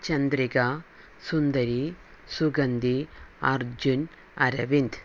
Chandrika Sundari Sugandhi Arjun Aravind